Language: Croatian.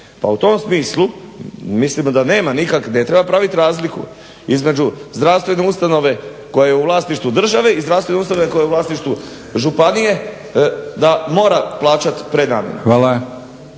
Pa u tom smislu mislimo da nema nikakvih, ne treba praviti razliku između zdravstvene ustanove koja je u vlasništvu države i zdravstvene ustanove koja je u vlasništvu države i zdravstvene